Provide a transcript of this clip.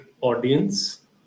audience